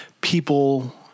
people